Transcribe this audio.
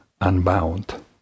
unbound